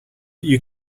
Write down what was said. you